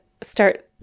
start